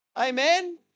Amen